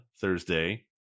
Thursday